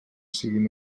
siguin